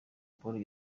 paul